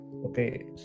Okay